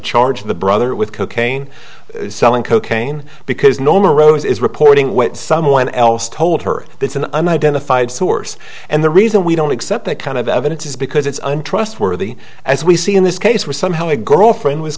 charge the brother with cocaine selling cocaine because norman rose is reporting what someone else told her that's an unidentified source and the reason we don't accept that kind of evidence is because it's untrustworthy as we see in this case was somehow a girlfriend was